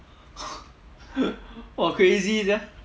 !wah! crazy sia